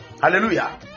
hallelujah